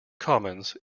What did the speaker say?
commons